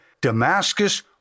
Damascus